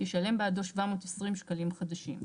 ישלם בעדו 720 שקלים חדשים.